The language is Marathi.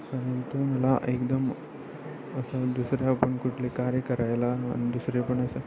आणि तो मला एकदम असं दुसऱ्या पण कुठले कार्य करायला आणि दुसरे पण असं